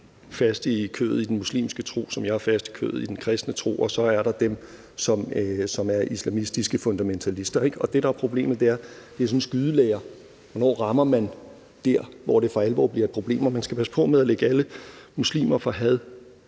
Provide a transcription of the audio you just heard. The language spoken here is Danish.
faste i kødet i den muslimske tro, som jeg er fast i kødet i den kristne tro, og at der er dem, som er islamistiske fundamentalister. Det, der er problemet, er – det er sådan skydelære – hvornår man rammer der, hvor det for alvor bliver et problem. Man skal passe på med ikke at lægge alle muslimer for had,